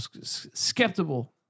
skeptical